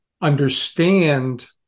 understand